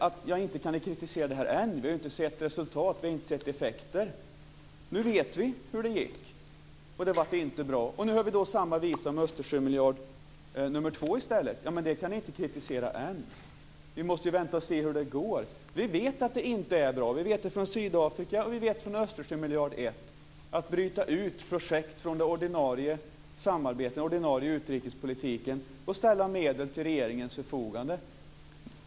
Att jag inte kritiserat detta beror på att vi inte sett vare sig resultat eller effekter. Nu vet vi hur det gick - det blev ju inte så bra. Nu hör vi samma visa om Östersjömiljard nr 2 men här kan det inte kritiseras ännu. Vi måste ju vänta och se hur det går. Vi vet dock att det inte är bra. Det vet vi från Sydafrika och från Östersjömiljarden 1 när det gäller att bryta ut projekt från ordinarie utrikespolitik och ställa medel till regeringens förfogande.